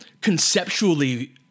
conceptually